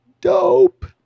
dope